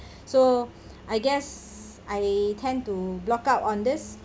so I guess I tend to block out on this